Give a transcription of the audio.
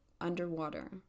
underwater